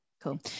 cool